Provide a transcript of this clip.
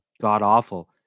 god-awful